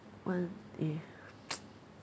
one eh